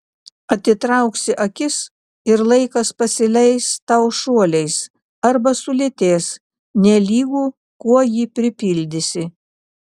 atitrauksi akis ir laikas pasileis tau šuoliais arba sulėtės nelygu kuo jį pripildysi